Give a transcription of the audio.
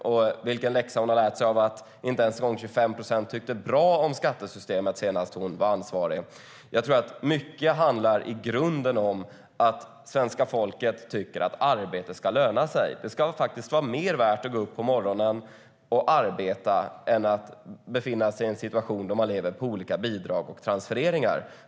Och vilken läxa har hon lärt sig av att inte ens 25 procent tyckte bra om skattesystemet senast hon var ansvarig? Jag tror att mycket handlar om att svenska folket i grunden tycker att arbete ska löna sig. Det ska vara mer värt att gå upp på morgonen och arbeta än att befinna sig i en situation där man lever på olika bidrag och transfereringar.